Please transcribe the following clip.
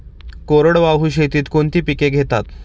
कोरडवाहू शेतीत कोणती पिके घेतात?